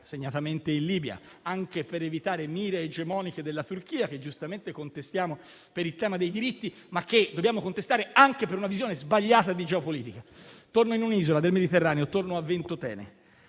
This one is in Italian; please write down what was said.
segnatamente in Libia, anche per evitare mire egemoniche della Turchia, che giustamente contestiamo per il tema dei diritti, ma che dobbiamo contestare anche per una visione sbagliata di geopolitica. Torno in un'isola del Mediterraneo, torno a Ventotene.